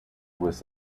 was